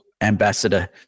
Ambassador